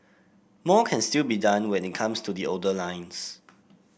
more can still be done when it comes to the older lines